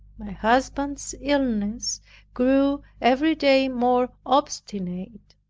my husband's illness grew every day more obstinate.